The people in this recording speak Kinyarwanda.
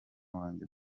wanjye